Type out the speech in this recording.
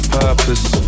purpose